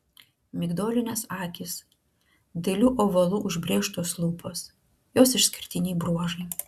migdolinės akys dailiu ovalu užbrėžtos lūpos jos išskirtiniai bruožai